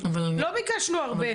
לא ביקשנו הרבה,